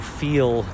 feel